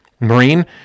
marine